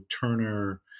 Turner